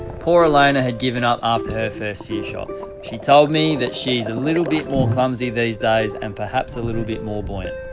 poor elayna had given up after her first few shots. she told me that she's a little bit more clumsy these days and perhaps a little bit more buoyant.